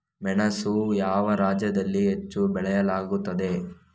ಮೆಣಸನ್ನು ಯಾವ ರಾಜ್ಯದಲ್ಲಿ ಹೆಚ್ಚು ಬೆಳೆಯಲಾಗುತ್ತದೆ?